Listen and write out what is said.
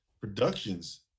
productions